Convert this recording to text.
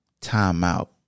timeout